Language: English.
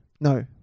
No